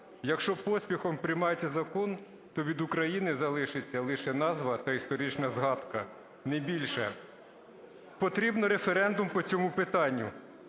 Якщо поспіхом приймається закон, то від України залишиться лише назва та історична згадка, не більше. Потрібний референдум по цьому питанню.